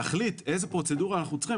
על מנת להחליט איזו פרוצדורה אנחנו צריכים,